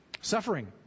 suffering